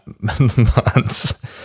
months